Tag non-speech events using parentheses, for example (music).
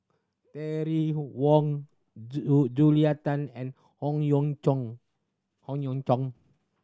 Terry Wong (unintelligible) Julia Tan and Howe Yoon Chong Howe Yoon Chong